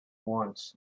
wants